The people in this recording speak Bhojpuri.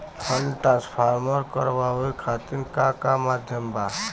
फंड ट्रांसफर करवाये खातीर का का माध्यम बा?